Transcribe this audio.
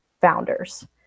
founders